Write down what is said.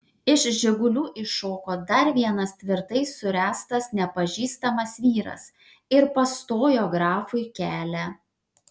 iš žigulių iššoko dar vienas tvirtai suręstas nepažįstamas vyras ir pastojo grafui kelią